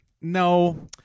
No